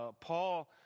Paul